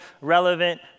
Relevant